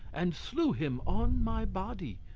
and slew him on my body.